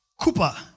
Cooper